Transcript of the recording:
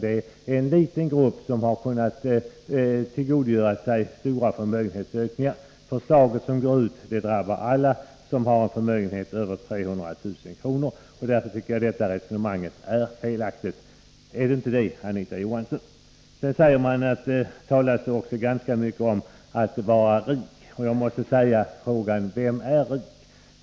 Bara en liten grupp har kunnat komma i åtnjutande av stora förmögenhetsökningar. Förslaget i fråga kommer ju att drabba alla som har en förmögenhet som överstiger 300 000 kr. Därför anser jag att det resonemang som ligger bakom förslaget är felaktigt. Är det inte det, Anita Johansson? Sedan talades det också ganska mycket om att vara rik. Jag måste ställa frågan: Vem är rik?